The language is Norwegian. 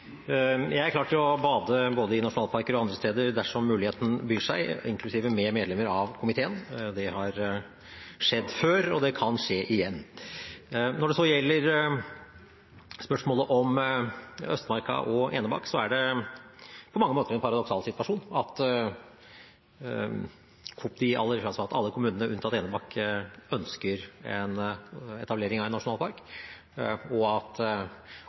Jeg er klar til å bade i både nasjonalparker og andre steder dersom muligheten byr seg, inklusiv med medlemmer av komiteen. Det har skjedd før, og det kan skje igjen. Når det så gjelder spørsmålet om Østmarka og Enebakk, er det på mange måter en paradoksal situasjon at alle kommunene, unntatt Enebakk, ønsker etablering av en nasjonalpark, og at